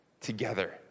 together